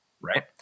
Right